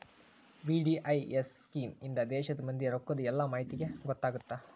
VDIS scheme ಇಂದಾ ದೇಶದ್ ಮಂದಿ ರೊಕ್ಕದ್ ಎಲ್ಲಾ ಮಾಹಿತಿ ಗೊತ್ತಾಗತ್ತ